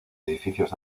edificios